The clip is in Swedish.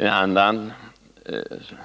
En annan